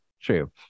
true